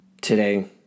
Today